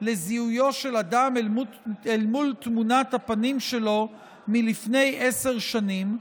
לזיהויו של אדם מול תמונת הפנים שלו מלפני עשר שנים,